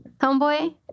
Homeboy